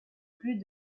plus